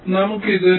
നമുക്ക് ഇത് 2